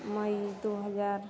मई दू हजार